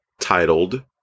titled